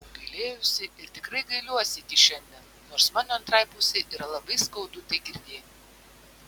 gailėjausi ir tikrai gailiuosi iki šiandien nors mano antrai pusei yra labai skaudu tai girdėt